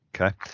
Okay